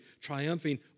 triumphing